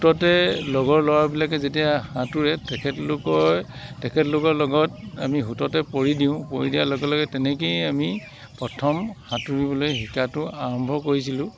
সোঁততে লগৰ ল'ৰাবিলাকে যেতিয়া সাঁতুৰে তেখেতলোকৰ তেখেতলোকৰ লগত আমি সোঁততে পৰি দিওঁ পৰি দিয়াৰ লগে লগে তেনেকৈয়ে আমি প্ৰথম সাঁতুৰিবলৈ শিকাতো আৰম্ভ কৰিছিলো